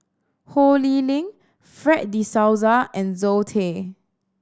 Ho Lee Ling Fred De Souza and Zoe Tay